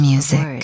Music